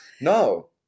No